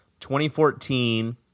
2014